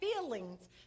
feelings